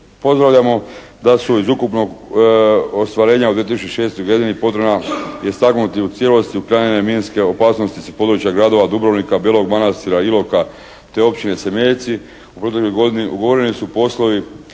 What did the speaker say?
Pozdravljamo da su iz ukupnog ostvarenja u 2006. godini potrebno je istaknuti u cijelosti uklanjanje minske opasnosti sa područja gradova Dubrovnika, Belog Manastira, Iloka te općine Cemeljci. U protekloj godini ugovoreni su poslovi